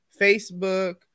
Facebook